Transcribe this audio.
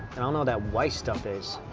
i don't know that white stuff is.